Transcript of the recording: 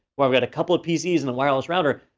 where i've got a couple of pcs and a wireless router,